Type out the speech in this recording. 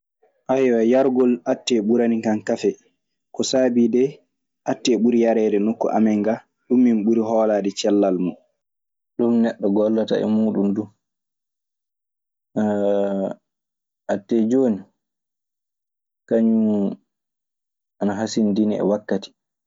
yargol attee ɓuranikan kafe. Ko sabii de atte ɓuri yareede nokku amen gaa. Ɗun min ɓuri hoolaade cellal mun. Ɗum neɗɗo gollata e muuɗun du. attee jooni, kañun ana hasinndinii e wakkati.